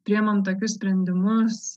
priimam tokius sprendimus